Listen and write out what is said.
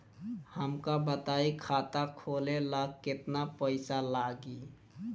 हमका बताई खाता खोले ला केतना पईसा लागी?